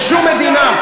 מאיפה עלית?